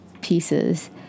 pieces